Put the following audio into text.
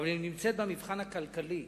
אבל היא נמצאת במבחן הכלכלי,